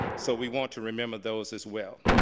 so we want to remember those as well.